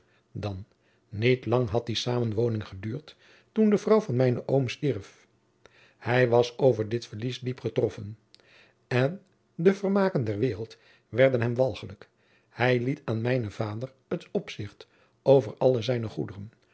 dan niet lang had die samenwoning geduurd toen de vrouw van mijnen oom stierf hij was over dit verlies diep getroffen de vermaken der waereld werden hem walgelijk hij liet aan mijnen vader het opzicht over alle zijne goederen